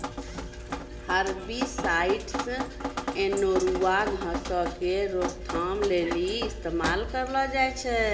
herbicides अनेरुआ घासो के रोकथाम लेली इस्तेमाल करलो जाय छै